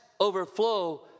overflow